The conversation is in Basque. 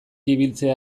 ibiltzea